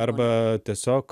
arba tiesiog